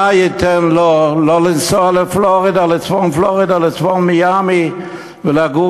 מה ייתן לו לא לנסוע לצפון פלורידה ולצפון מיאמי ולגור